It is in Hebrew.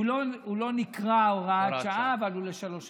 הוא לא נקרא הוראת שעה אבל הוא לשלוש שנים.